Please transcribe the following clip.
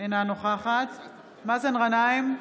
אינה נוכחת מאזן גנאים,